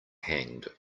hanged